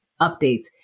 updates